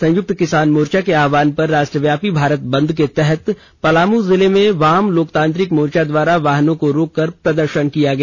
संयुक्त किसान मोर्चा के आहवान पर राष्ट्रव्यापी भारत बंद के तहत पलामू जिला में वाम लोकतांत्रिक मोर्चा द्वारा वाहनों को रोककर प्रदर्शन किया गया